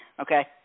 Okay